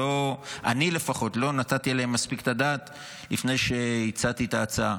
ואני לפחות לא נתתי עליהם מספיק את הדעת לפני שהצעתי את ההצעה.